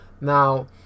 now